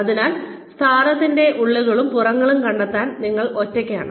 അതിനാൽ സ്ഥാനത്തിന്റെ ഉള്ളുകളും പുറങ്ങളും കണ്ടെത്താൻ നിങ്ങൾ ഒറ്റയ്ക്കാണ്